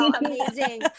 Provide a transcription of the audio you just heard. amazing